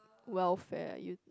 welfare are you